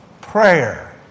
prayer